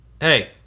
Hey